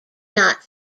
not